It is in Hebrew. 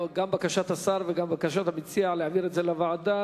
גם בקשת השר וגם בקשת המציע, להעביר את זה לוועדה.